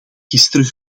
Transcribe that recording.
gisteren